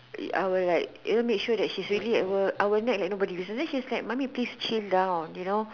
I will like you know make sure she's really at work I will nag like nobody business and then she's like Mommy please chill down you know